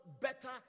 better